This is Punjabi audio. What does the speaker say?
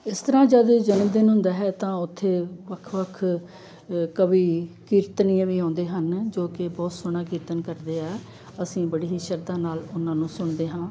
ਇਸ ਤਰ੍ਹਾਂ ਜਦ ਜਨਮ ਦਿਨ ਹੁੰਦਾ ਹੈ ਤਾਂ ਉੱਥੇ ਵੱਖ ਵੱਖ ਕਵੀ ਕੀਰਤਨੀਏ ਵੀ ਆਉਂਦੇ ਹਨ ਜੋ ਕਿ ਬਹੁਤ ਸੋਹਣਾ ਕੀਰਤਨ ਕਰਦੇ ਆ ਅਸੀਂ ਬੜੀ ਹੀ ਸ਼ਰਧਾ ਨਾਲ ਉਹਨਾਂ ਨੂੰ ਸੁਣਦੇ ਹਾਂ